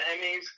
Emmys